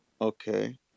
Okay